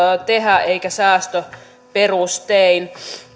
tehdä eikä säästöperustein